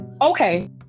Okay